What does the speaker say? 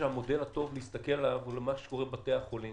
המודל הטוב להסתכל עליו הוא מה שקורה בבתי החולים.